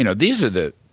you know these are the